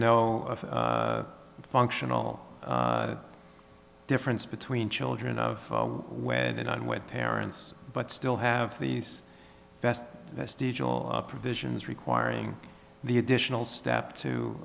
no functional difference between children of when and on with parents but still have these best provisions requiring the additional step to